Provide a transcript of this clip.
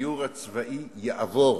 הגיור הצבאי יעבור.